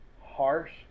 harsh